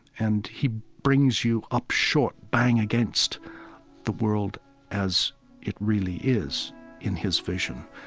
and he brings you up short, bang against the world as it really is in his vision,